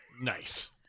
Nice